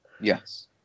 Yes